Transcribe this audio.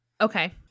okay